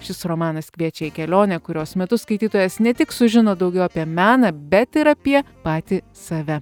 šis romanas kviečia į kelionę kurios metu skaitytojas ne tik sužino daugiau apie meną bet ir apie patį save